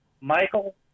Michael